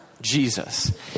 Jesus